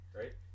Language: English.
right